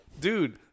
Dude